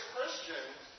Christians